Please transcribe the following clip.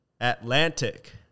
Atlantic